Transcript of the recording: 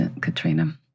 Katrina